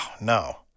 no